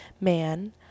man